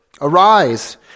Arise